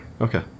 Okay